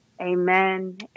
Amen